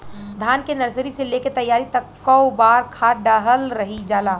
धान के नर्सरी से लेके तैयारी तक कौ बार खाद दहल जाला?